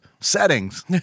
settings